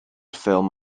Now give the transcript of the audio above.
ffilm